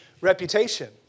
reputation